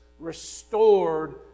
restored